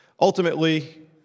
Ultimately